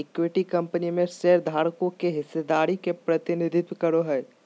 equity company में शेयरधारकों के हिस्सेदारी के प्रतिनिधित्व करो हइ